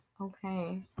Okay